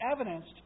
evidenced